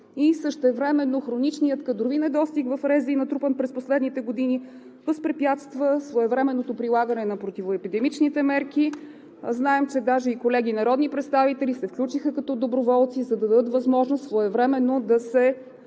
и същевременно хроничният кадрови недостиг в РЗИ, натрупан през последните години, възпрепятства своевременното прилагане на противоепидемичните мерки. Знаем, че даже и колеги народни представители се включиха като доброволци, за да дадат възможност своевременно да се